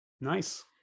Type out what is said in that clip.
Nice